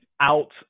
out